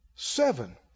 Seven